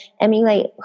emulate